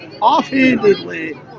offhandedly